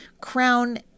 crown